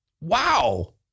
wow